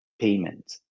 payment